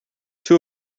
two